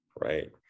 right